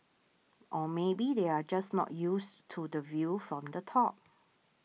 or maybe they are just not used to the view from the top